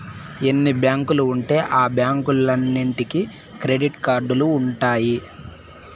ఎన్ని బ్యాంకులు ఉంటే ఆ బ్యాంకులన్నీటికి క్రెడిట్ కార్డులు ఉంటాయి